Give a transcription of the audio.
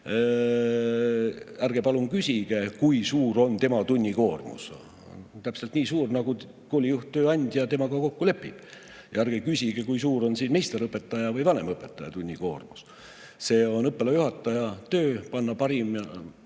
ärge palun küsige, kui suur on tema tunnikoormus. On täpselt nii suur, nagu koolijuht, tööandja temaga kokku lepib. Ja ärge küsige, kui suur on meisterõpetaja või vanemõpetaja tunnikoormus. See on õppealajuhataja töö panna